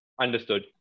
Understood